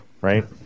right